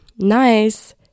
nice